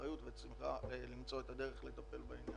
אחריות וצריכה למצוא את הדרך לטפל בעניין.